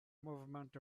movement